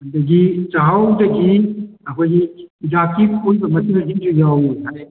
ꯑꯗꯒꯤ ꯆꯥꯛꯍꯥꯎꯗꯒꯤ ꯑꯩꯈꯣꯏꯒꯤ ꯍꯤꯗꯥꯛꯀꯤ ꯑꯣꯏꯕ ꯃꯆꯜꯁꯤꯡꯁꯨ ꯌꯥꯎꯏ ꯍꯥꯏ